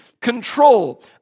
control